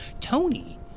tony